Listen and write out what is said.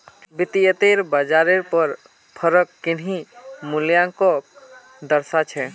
वित्तयेत बाजारेर पर फरक किन्ही मूल्योंक दर्शा छे